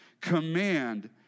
command